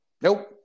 nope